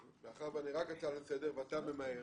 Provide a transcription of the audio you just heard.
מאחר שאני רק מציג הצעה לסדר, ואתה ממהר,